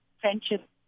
friendship